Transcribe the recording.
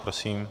Prosím.